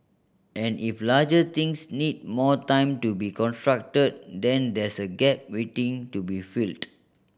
and if larger things need more time to be constructed then there's a gap waiting to be filled